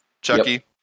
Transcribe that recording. Chucky